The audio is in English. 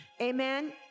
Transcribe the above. Amen